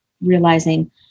realizing